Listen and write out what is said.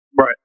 Right